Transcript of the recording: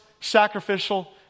sacrificial